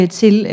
til